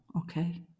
Okay